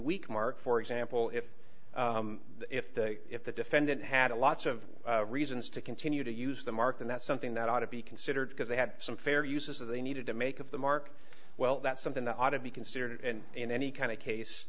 weak mark for example if if if the defendant had a lots of reasons to continue to use the mark and that's something that ought to be considered because they had some fair uses that they needed to make of the mark well that's something that ought to be considered in any kind of case